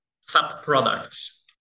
sub-products